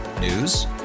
News